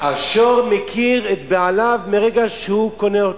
השור מכיר את בעליו מרגע שהוא קונה אותו,